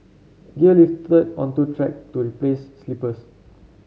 gear lifted unto track to replace sleepers